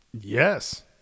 yes